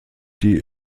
die